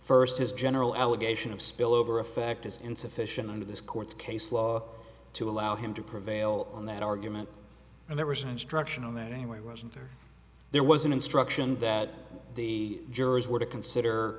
first his general allegation of spillover effect is insufficient under this court's case law to allow him to prevail on that argument and there was an instructional anyway it wasn't there was an instruction that the jurors were to consider